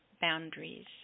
boundaries